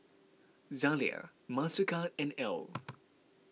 Zalia Mastercard and Elle